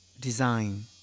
design